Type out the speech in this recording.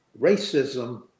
Racism